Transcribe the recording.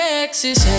Texas